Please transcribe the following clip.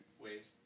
Waves